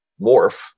morph